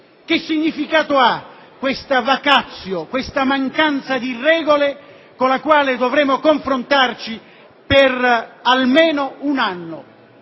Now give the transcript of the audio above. Che significato ha questa*vacatio*, questa mancanza di regole con la quale dovremo confrontarci per almeno un anno?